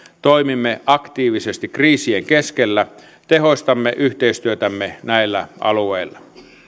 toimimme aktiivisesti kriisien keskellä tehostamme yhteistyötämme näillä alueilla